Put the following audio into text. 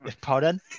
Pardon